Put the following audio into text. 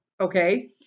Okay